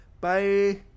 Bye